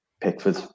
pickford